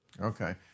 Okay